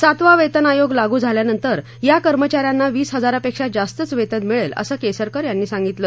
सातवा वेतन आयोग लागू झाल्यानंतर या कर्मचाऱ्यांना वीस हजारापेक्षा जास्तच वेतन मिळेल असं केसरकर यांनी सांगितलं